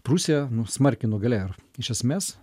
prūsiją nu smarkiai nugalėjo ir iš esmės